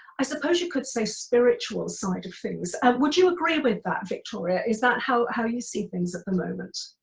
i suppose you could say spiritual side of things. would you agree with that, victoria? is that how how you see things at the moment?